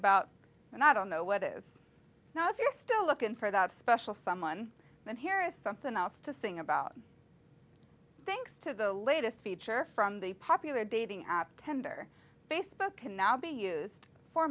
about and i don't know what is not if you're still looking for that special someone then here is something else to sing about thanks to the latest feature from the popular dating app tender facebook can now be used for